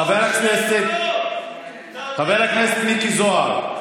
חבר הכנסת מיקי זוהר.